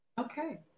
Okay